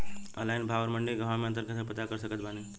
Online भाव आउर मंडी के भाव मे अंतर कैसे पता कर सकत बानी?